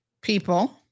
people